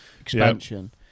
expansion